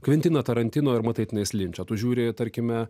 kvientiną tarantino ir matai tenais linčą tu žiūri tarkime